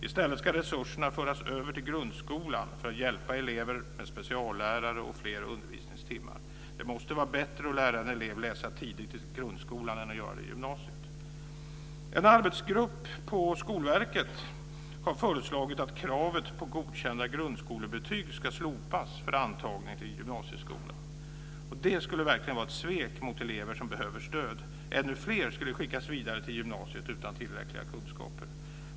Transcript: I stället ska resurserna föras över till grundskolan för att hjälpa elever med speciallärare och fler undervisningstimmar. Det måste vara bättre att lära en elev att läsa tidigt i grundskolan än att göra det i gymnasiet. En arbetsgrupp på Skolverket har föreslagit att kravet på godkända grundskolebetyg ska slopas för antagning till gymnasieskolan. Det skulle verkligen vara ett svek mot elever som behöver stöd. Ännu fler skulle skickas vidare till gymnasiet utan tillräckliga kunskaper.